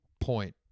point